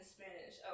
Spanish